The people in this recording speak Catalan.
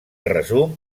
resum